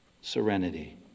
serenity